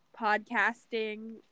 podcasting